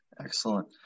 Excellent